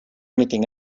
anything